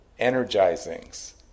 energizings